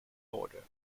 order